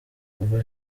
kuva